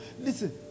listen